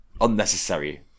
unnecessary